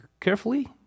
carefully